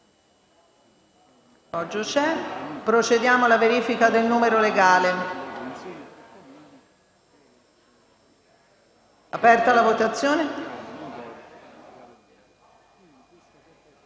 Chiediamo la verifica del numero legale.